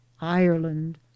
ireland